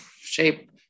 shape